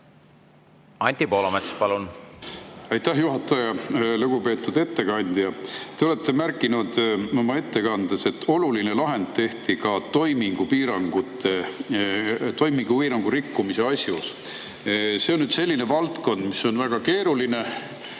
Anti Poolamets, palun! Aitäh, juhataja! Lugupeetud ettekandja! Te olete märkinud oma ettekandes, et oluline lahend tehti ka toimingupiirangu rikkumise asjus. See on selline valdkond, mis on väga keeruline,